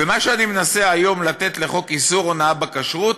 ומה שאני מנסה היום לתת לחוק איסור הונאה בכשרות